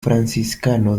franciscano